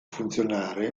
funzionare